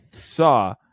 saw